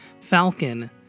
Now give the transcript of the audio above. Falcon